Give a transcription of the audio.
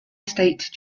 state